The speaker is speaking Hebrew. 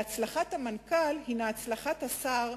והצלחת המנכ"ל הינה הצלחת השר,